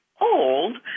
old